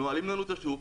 נועלים לנו את השוק,